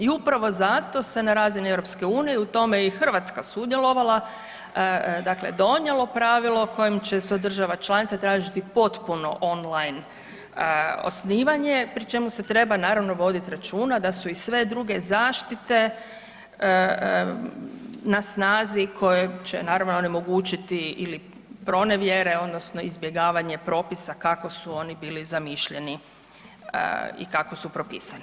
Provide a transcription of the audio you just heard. I upravo zato se na razini EU-a u tome je i Hrvatska sudjelovala, dakle donijelo pravilo kojim će se od država članica tražiti potpuno online osnivanje pri čemu se treba naravno voditi računa da su i sve druge zaštite na snazi koje će naravno onemogućiti pronevjere odnosno izbjegavanje propisa kako su oni bili zamišljeni i kako su propisani.